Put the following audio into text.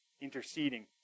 interceding